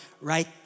right